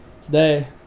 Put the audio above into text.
Today